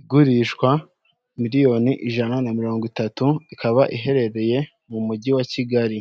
igurishwa miliyoni ijana na mirongo itatu, ikaba iherereye mu mujyi wa Kigali.